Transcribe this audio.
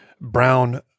brown